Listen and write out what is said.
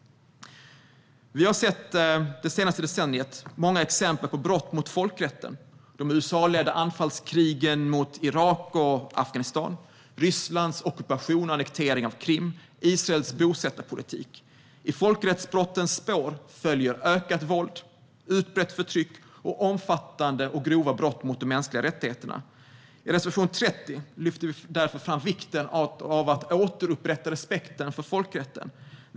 Vi har det senaste decenniet sett många exempel på brott mot folkrätten: de USA-ledda anfallskrigen mot Irak och Afghanistan, Rysslands ockupation och annektering av Krim, Israels bosättarpolitik. I folkrättsbrottens spår följer ökat våld, utbrett förtryck och omfattande och grova brott mot de mänskliga rättigheterna. I reservation 30 lyfter vi därför fram vikten av att återupprätta respekten för folkrätten.